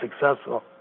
successful